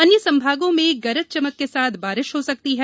अन्य संभागों में गरज चमक के साथ बारिश हो सकती है